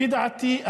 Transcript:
לפי דעתי,